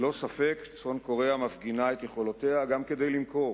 צפון-קוריאה ללא ספק מפגינה את יכולתה גם כדי למכור